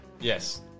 Yes